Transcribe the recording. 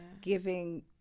giving